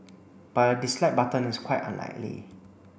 but a dislike button is quite unlikely